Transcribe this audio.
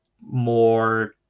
more